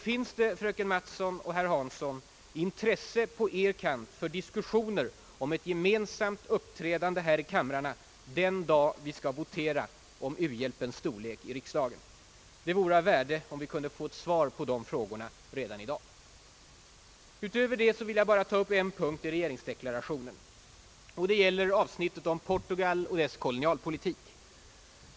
Finns det, fröken Mattson och herr Hansson, intresse på er kant för diskussioner om ett gemensamt uppträdande i kamrarna den dag vi skall votera om u-hjälpens storlek i riksdagen? Det vore av värde om vi kunde få ett svar på dessa frågor redan i dag. Jag skall härutöver bara ta upp en punkt i regeringsdeklarationen, nämligen avsnittet om Portugal och dess kolonialpolitik.